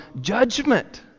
judgment